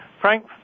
Frank